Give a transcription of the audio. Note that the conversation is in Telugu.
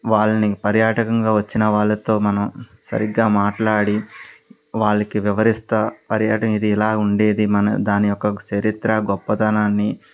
వాళ్ళని పర్యాటకంగా వచ్చిన వాళ్ళతో మనం సరిగ్గా మాట్లాడి వాళ్లకి వివరిస్తూ పర్యాటం ఇది ఇలా ఉండేది మన దాని యొక్క చరిత్ర గొప్పతనాన్ని